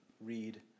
read